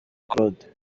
claude